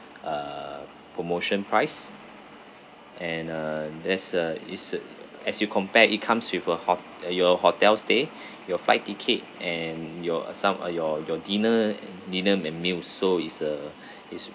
uh promotion price and uh there's a is a as you compare it comes with a hot~ uh your hotel stay your flight ticket and your uh some uh your your dinner dinner and meals so is uh is